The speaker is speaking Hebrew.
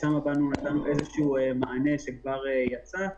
ששם נתנו איזה שהוא מענה שכבר יצא,